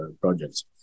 projects